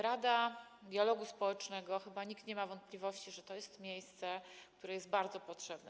Rada Dialogu Społecznego - chyba nikt nie ma wątpliwości - to jest miejsce, które jest bardzo potrzebne.